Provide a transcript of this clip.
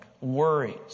worries